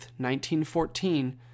1914